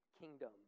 kingdom